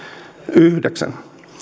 yhdeksän